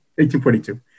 1842